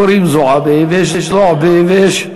יש כאלה שקוראים זועַבי ויש זועְבי ויש,